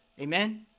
Amen